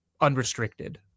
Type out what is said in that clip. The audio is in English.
unrestricted